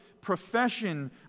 profession